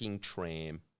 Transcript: tram